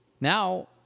Now